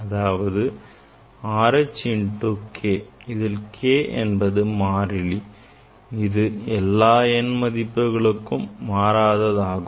அதாவது R H into K இதில் K என்பது மாறிலி ஆகும் இது எல்லா n மதிப்புகளுக்கும் மாறாததாகும்